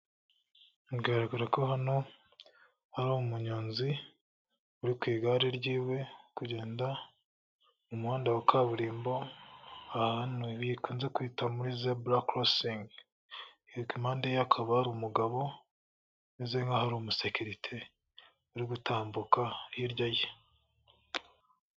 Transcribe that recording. Bigaragara ko hano; hari umunyonzi uri ku igare ryiwe kugenda mu muhanda wa kaburimbo ahantu ukunze kwita muri zebra crossing. Kumpandeye akaba hari umugabo, umeze nk'aho ari umusekerite uri gutambuka hirya ye.